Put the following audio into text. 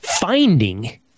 finding